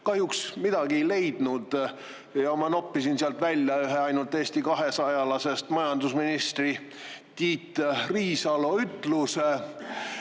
kahjuks midagi ei leidnud. Ma noppisin sealt välja ühe ainult Eesti 200-lasest majandusministri Tiit Riisalo ütluse,